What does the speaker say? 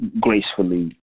gracefully